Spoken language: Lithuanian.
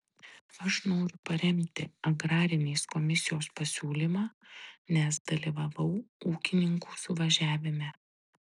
aš noriu paremti agrarinės komisijos pasiūlymą nes dalyvavau ūkininkų suvažiavime